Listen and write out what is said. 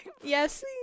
Yes